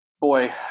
Boy